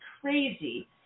crazy